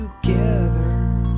together